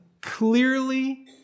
clearly